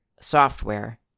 software